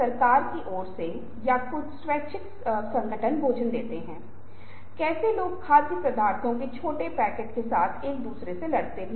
इसलिए आज की बातचीत में जो थोड़ा संक्षिप्त होगा यह अगले एक की तुलना में संक्षिप्त होगा जहां हम उन चीजों को विस्तृत करेंगे जिन्हें हमने कुछ मिनट पहले देखा था